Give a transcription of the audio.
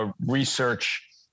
research